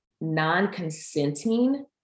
non-consenting